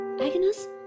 Agnes